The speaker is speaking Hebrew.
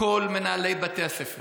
כל מנהלי בתי הספר